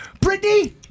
Brittany